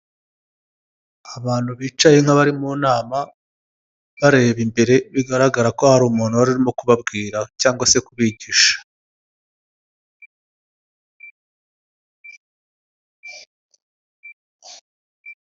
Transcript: Abantu bicaye nk'abari mu nama, bareba imbere, bigaragara ko hari umuntu wari urimo kubabwira cyangwa se kubigisha.